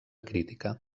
crítica